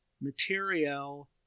material